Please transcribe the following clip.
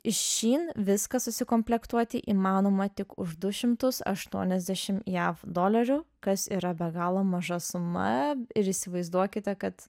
iš shein viską susikomplektuoti įmanoma tik už du šimtus aštuoniasdešim jav dolerių kas yra be galo maža suma ir įsivaizduokite kad